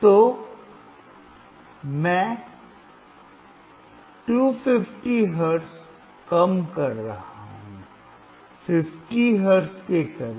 तो मैं 250 हर्ट्ज कम कर रहा हूं 50 हर्ट्ज के करीब